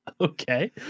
Okay